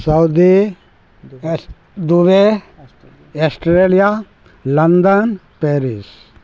Saudi एस Dubai Australia London Paris